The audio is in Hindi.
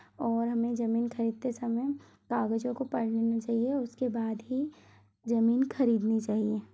और हमें जमीन खरीदते समय कागजों को पढ़ लेना चाहिये और उसके बाद ही जमीन खरीदनी चाहिये